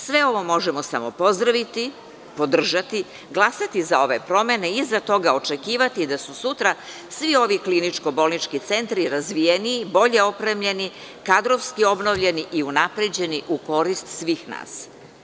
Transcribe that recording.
Sve ovo možemo samo pozdraviti, podržati, glasati za ove promene iza toga očekivati da su sutra, ovi kliničko-bolnički centri razvijeniji, bolje opremljeni, kadrovski obnovljeni i unapređeni u korist svih nas.